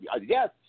yes